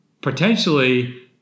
potentially